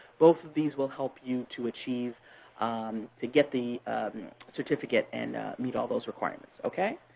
both of these will help you to achieve um to get the certificate and meet all those requirements, okay?